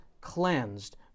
cleansed